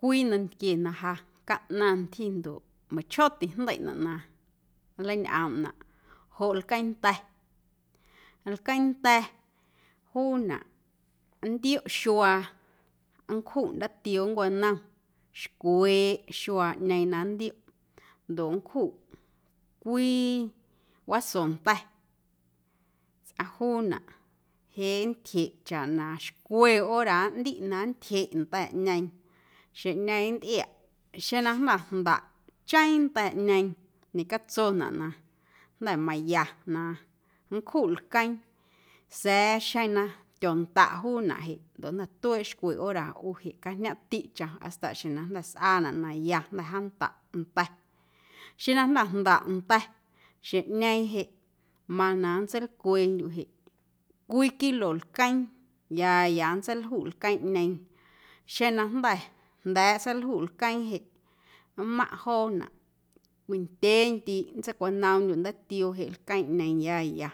Cwii nantquie na ja caꞌnaⁿ ntyji ndoꞌ na meiⁿchjoo tijndeiꞌnaꞌ na nleiñꞌoomnaꞌ joꞌ lqueeⁿnda̱, lqueeⁿnda̱ juunaꞌ nntioꞌ xuaa nncjuꞌ ndaatioo nncuanom xcweeꞌ xuaaꞌñeeⁿ na nntioꞌ ndoꞌ nncjuꞌ cwii waso nda̱ tsꞌom juunaꞌ jeꞌ nntyjeꞌ chaꞌ na xcwe hora ꞌndiꞌ na nntyjeꞌ nda̱ꞌñeeⁿ xjeⁿꞌñeeⁿ nntꞌiaꞌ xeⁿ na jnda̱ jndaꞌcheeⁿ nda̱ꞌñeeⁿ ñecatsonaꞌ na jnda̱ maya na nncjuꞌ lqueeⁿ sa̱a̱ xeⁿ na tyondaꞌ juunaꞌ jeꞌ ndoꞌ jnda̱ tueeꞌ xcwe hora ꞌu jeꞌ cajñomꞌtiꞌ chom hasta xjeⁿ na jnda̱ sꞌaanaꞌ na ya na jaandaꞌ nda̱, xeⁿ na jnda̱ jndaꞌ nda̱ xeⁿꞌñeeⁿ jeꞌ mana nntseilcweendyuꞌ jeꞌ cwii kilo lqueeⁿ ya ya nntseiljuꞌ lqueeꞌñeeⁿ xeⁿ na jnda̱ jnda̱a̱ꞌ seiljuꞌ lqueeⁿ jeꞌ nmaⁿꞌ joonaꞌ cwii ndyee ndiiꞌ nntseicwanoomndyuꞌ ndaatioo jeꞌ lqueeⁿꞌñeeⁿ ya ya